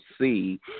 see